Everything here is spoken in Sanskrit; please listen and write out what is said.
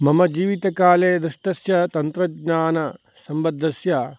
मम जीवितकाले दृष्टस्य तन्त्रज्ञानसम्बद्धस्य